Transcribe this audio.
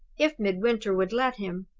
if midwinter would let him.